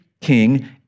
king